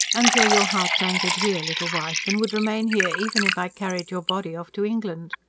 and so your heart's anchored here, little wife, and would remain here even if i carried your body off to england?